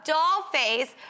Dollface